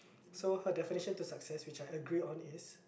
so her definition to success which I agree on is